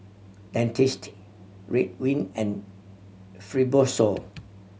Dentiste Ridwind and Fibrosol